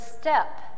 step